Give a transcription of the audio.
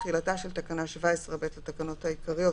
תחילתה שלתקנה 17ב לתקנות העיקריות